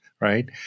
right